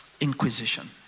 inquisition